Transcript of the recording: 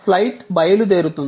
flight బయలుదేరుతుంది